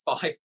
five